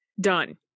Done